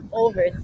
over